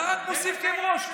אתה רק מוסיף כאב ראש,